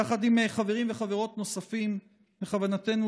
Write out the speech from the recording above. יחד עם חברים וחברות נוספים בכוונתנו